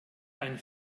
ein